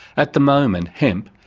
at the moment hemp,